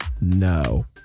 No